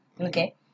okay